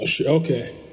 Okay